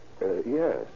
yes